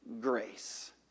grace